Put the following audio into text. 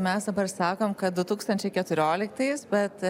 mes dabar sakom kad du tūkstančiai keturioliktais bet